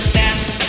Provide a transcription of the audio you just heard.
dance